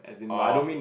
oh